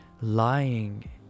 lying